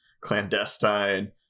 clandestine